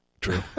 True